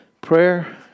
prayer